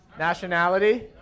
Nationality